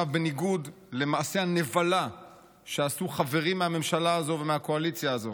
בניגוד למעשה הנבלה שעשו חברים מהממשלה הזו ומהקואליציה הזו